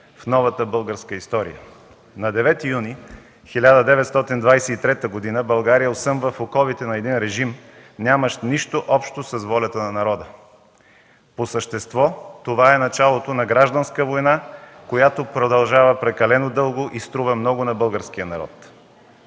в новата българска история. На 9 юни 1923 г. България осъмва в оковите на един режим, нямащ нищо общо с волята на народа. По същество това е началото на гражданска война, която продължава прекалено дълго и струва много на българския народ.